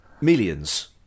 millions